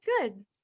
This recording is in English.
good